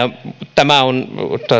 tämä on